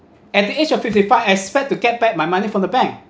at the age of fifty five expect to get back my money from the bank